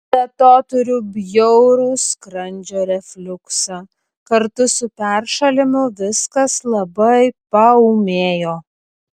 be to turiu bjaurų skrandžio refliuksą kartu su peršalimu viskas labai paūmėjo